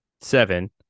seven